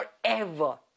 forever